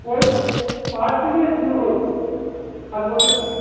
ওই পাঁচ থেকে শুরু করে পাঁচ বছর থেকে